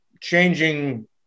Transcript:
changing